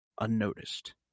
Unnoticed